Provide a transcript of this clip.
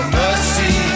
mercy